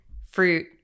fruit